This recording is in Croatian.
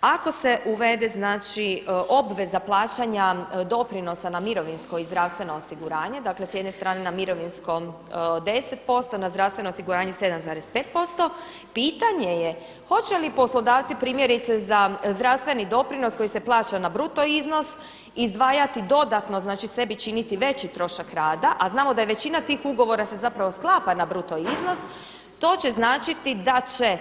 Ako se uvede, znači obveza plaćanja doprinosa na mirovinsko i zdravstveno osiguranje, dakle sa jedne strane na mirovinsko 10%, na zdravstveno osiguranje 7,5% pitanje je hoće li poslodavci primjerice za zdravstveni doprinos koji se plaća na bruto iznos izdvajati dodatno, znači sebi činiti veći trošak rada, a znamo da je većina tih ugovora se zapravo sklapa na bruto iznos to će značiti da će